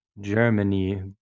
Germany